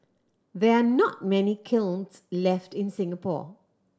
there are not many kilns left in Singapore